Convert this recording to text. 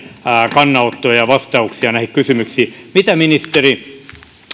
kannanottoja ja vastauksia näihin kysymyksiin mitä ministeri